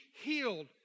healed